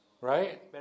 Right